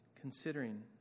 Considering